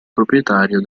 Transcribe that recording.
proprietario